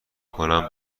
کنی